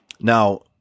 Now